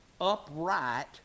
upright